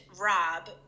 Rob